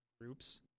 groups